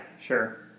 sure